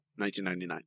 1999